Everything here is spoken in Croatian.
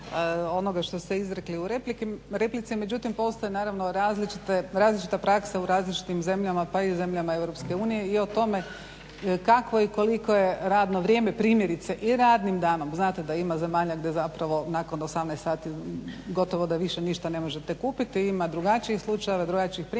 onoga što ste izrekli u replici, međutim postoje naravno različita praksa u različitim zemljama pa i zemljama EU i o tome kakvo je i koliko je radno vrijeme primjerice i radnim danom. Znate da ima zemalja gdje zapravo nakon 18 sati gotovo da više ništa ne možete kupiti i ima drugačijih slučajeva i drugačijih primjera.